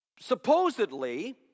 Supposedly